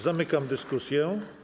Zamykam dyskusję.